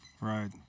Right